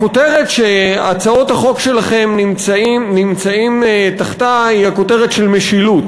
הכותרת שהצעות החוק שלכם נמצאות תחתיה היא הכותרת של משילות,